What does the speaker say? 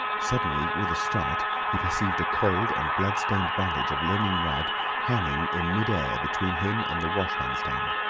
suddenly, with a start, he perceived a coiled and blood-stained bandage of linen rag hanging in mid-air, between him and the wash-hand stand.